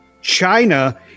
China